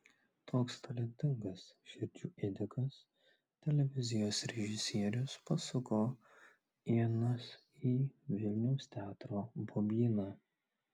toks talentingas širdžių ėdikas televizijos režisierius pasuko ienas į vilniaus teatro bobyną